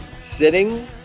Sitting